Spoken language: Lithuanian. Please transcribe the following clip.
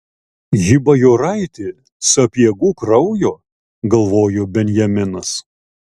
ji bajoraitė sapiegų kraujo galvojo benjaminas